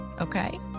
okay